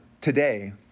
today